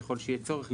ככול שיהיה צורך,